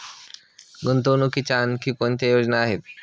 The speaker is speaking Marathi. गुंतवणुकीच्या आणखी कोणत्या योजना आहेत?